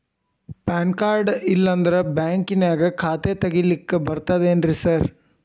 PAN card ಇಲ್ಲಂದ್ರ ಬ್ಯಾಂಕಿನ್ಯಾಗ ಖಾತೆ ತೆಗೆಲಿಕ್ಕಿ ಬರ್ತಾದೇನ್ರಿ ಸಾರ್?